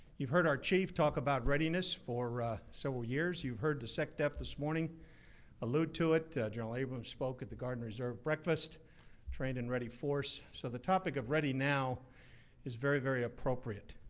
you've heard our chief talk about readiness for several years. you've heard the secdef this morning allude to it. general abrams spoke at the guard and reserve breakfast. a trained and ready force. so the topic of ready now is very, very appropriate.